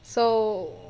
so